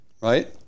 right